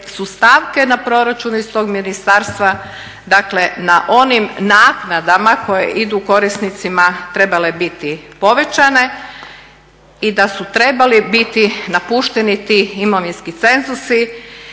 su stavke na proračunu iz tog ministarstva, dakle na onim naknadama koje idu korisnicima trebale biti povećane i da su trebali biti napušteni ti imovinski cenzusi